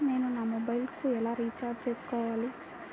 నేను నా మొబైల్కు ఎలా రీఛార్జ్ చేసుకోవాలి?